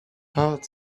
heart